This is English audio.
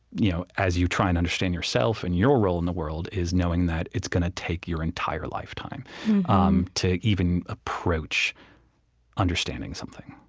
you know as you're trying to understand yourself and your role in the world, is knowing that it's gonna take your entire lifetime um to even approach understanding something,